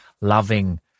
loving